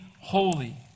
holy